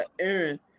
Aaron